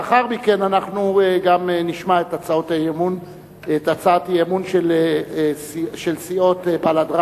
לאחר מכן אנחנו גם נשמע את הצעת האי-אמון של סיעות בל"ד,